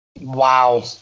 wow